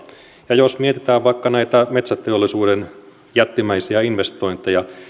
ja jos mietitään vaikka näitä metsäteollisuuden jättimäisiä investointeja